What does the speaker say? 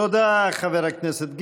תודה, חבר הכנסת גינזבורג.